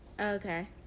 Okay